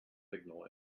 signal